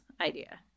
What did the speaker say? idea